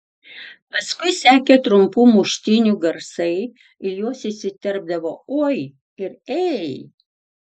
paskui sekė trumpų muštynių garsai į juos įsiterpdavo oi ir ei